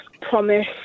promise